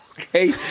Okay